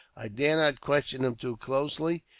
i dare not question him too closely,